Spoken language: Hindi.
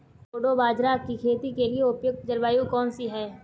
कोडो बाजरा की खेती के लिए उपयुक्त जलवायु कौन सी है?